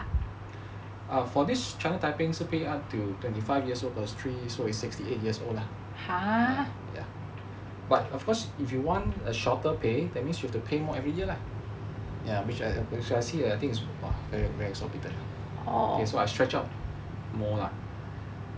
err for this china typing 是 pay up till twenty five years plus three so is where sixty eight years old lah but of course if you want a shorter pay that means you have to pay more every year lah ya which I see is very impossible lah so I stretch out more lah